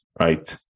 right